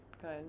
Good